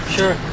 Sure